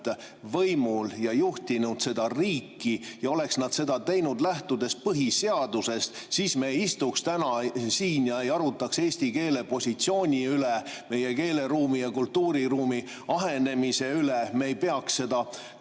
võimul ja juhtinud seda riiki. Oleks nad seda teinud, lähtudes põhiseadusest, siis me ei istuks täna siin ega arutaks eesti keele positsiooni üle, meie keeleruumi ja kultuuriruumi ahenemise üle. Me ei peaks enda